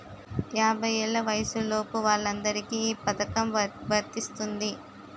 యాభై ఏళ్ల వయసులోపు వాళ్ళందరికీ ఈ పథకం వర్తిస్తుంది